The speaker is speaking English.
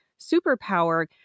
superpower